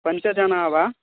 पञ्च जनाः वा